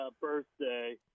birthday